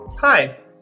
Hi